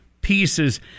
pieces